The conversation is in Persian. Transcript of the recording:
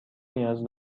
نیاز